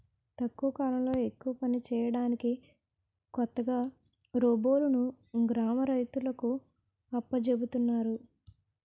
తక్కువ కాలంలో ఎక్కువ పని చేయడానికి కొత్తగా రోబోలును గ్రామ రైతులకు అప్పజెపుతున్నారు